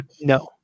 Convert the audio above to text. No